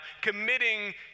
committing